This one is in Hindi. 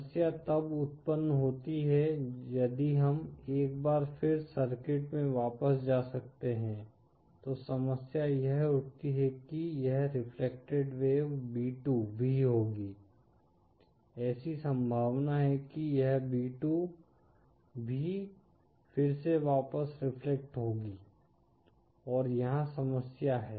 समस्या तब उत्पन्न होती है यदि हम एक बार फिर सर्किट में वापस जा सकते हैं तो समस्या यह उठती है कि यह रेफ्लेक्टेड वेव b2 भी होगी ऐसी संभावना है कि यह b2 भी फिर से वापस रिफ्लेक्ट होंगी और यहाँ समस्या है